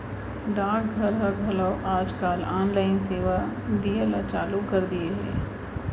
डाक घर ह घलौ आज काल ऑनलाइन सेवा दिये ल चालू कर दिये हे